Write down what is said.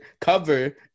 cover